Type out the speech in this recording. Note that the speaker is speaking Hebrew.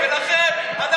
ולכן אנחנו נמשיך ונצביע.